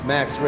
Max